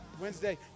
Wednesday